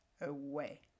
away